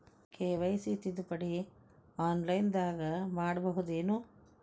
KYC ತಿದ್ದುಪಡಿ ಆನ್ಲೈನದಾಗ್ ಮಾಡ್ಬಹುದೇನು?